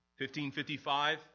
1555